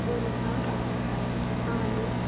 Wardha Thane